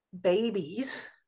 babies